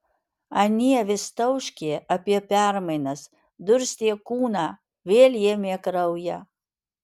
anie vis tauškė apie permainas durstė kūną vėl ėmė kraują